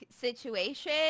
situation